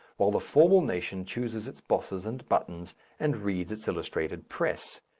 while the formal nation chooses its bosses and buttons and reads its illustrated press.